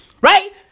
Right